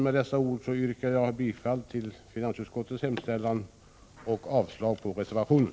Med dessa ord yrkar jag bifall till finansutskottets hemställan och avslag på reservationen.